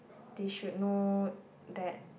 they should know that